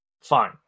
Fine